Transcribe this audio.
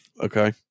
Okay